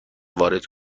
وارد